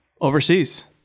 overseas